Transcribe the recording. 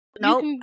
nope